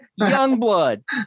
Youngblood